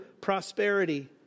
prosperity